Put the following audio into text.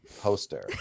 Poster